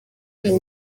ngo